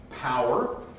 power